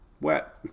wet